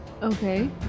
Okay